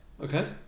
Okay